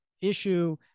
issue